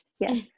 Yes